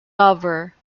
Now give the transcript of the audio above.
lover